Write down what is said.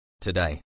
Today